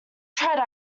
tried